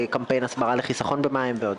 קמפיין הסברה לחיסכון במים ועוד.